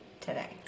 today